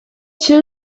two